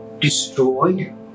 destroyed